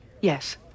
Yes